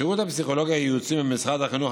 השירות הפסיכולוגי-ייעוצי במשרד החינוך,